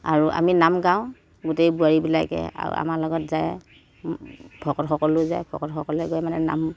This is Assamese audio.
আৰু আমি নাম গাওঁ গোটেই বোৱাৰীবিলাকে আও আমাৰ লগত যায় ভকতসকলো যায় ভকতসকলে গৈ মানে নাম